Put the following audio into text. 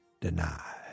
deny